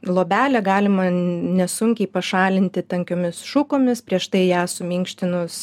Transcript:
luobelę galima nesunkiai pašalinti tankiomis šukomis prieš tai ją suminkštinus